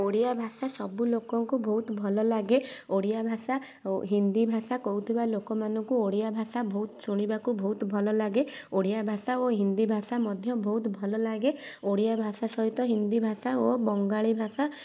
ଓଡ଼ିଆ ଭାଷା ସବୁ ଲୋକଙ୍କୁ ବହୁତ ଭଲ ଲାଗେ ଓଡ଼ିଆ ଭାଷା ଓ ହିନ୍ଦୀ ଭାଷା କହୁଥିବା ଲୋକମାନଙ୍କୁ ଓଡ଼ିଆ ଭାଷା ବହୁତ ଶୁଣିବାକୁ ବହୁତ ଭଲ ଲାଗେ ଓଡ଼ିଆ ଭାଷା ଓ ହିନ୍ଦୀ ଭାଷା ମଧ୍ୟ ବହୁତ ଭଲ ଲାଗେ ଓଡ଼ିଆ ଭାଷା ସହିତ ହିନ୍ଦୀ ଭାଷା ଓ ବଙ୍ଗାଳୀ ଭାଷା